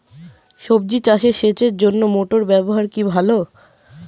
সবজি চাষে সেচের জন্য মোটর ব্যবহার কি ভালো?